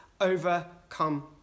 overcome